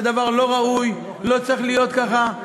זה דבר לא ראוי, לא צריך להיות ככה.